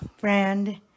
brand